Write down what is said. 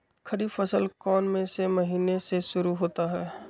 खरीफ फसल कौन में से महीने से शुरू होता है?